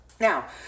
now